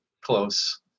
close